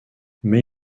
mais